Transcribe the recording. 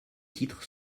titres